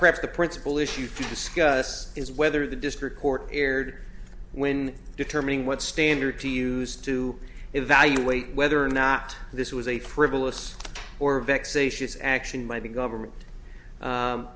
perhaps the principal issue to discuss is whether the district court erred when determining what standard to use to evaluate whether or not this was a frivolous or vexatious action by the government